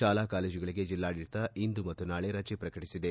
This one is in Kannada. ಶಾಲಾ ಕಾಲೇಜುಗಳಗೆ ಜಿಲ್ಲಾಡಳಿತ ಇಂದು ಮತ್ತು ನಾಳೆ ರಜೆ ಪ್ರಕಟಿಸಿದೆ